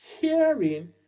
hearing